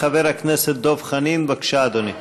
חבר הכנסת דב חנין, בבקשה, אדוני.